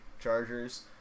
Chargers